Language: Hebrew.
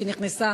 שנכנסה